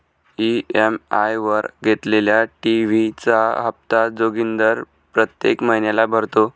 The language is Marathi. ई.एम.आय वर घेतलेल्या टी.व्ही चा हप्ता जोगिंदर प्रत्येक महिन्याला भरतो